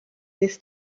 this